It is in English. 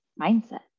mindset